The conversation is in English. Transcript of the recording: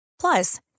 Plus